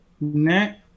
net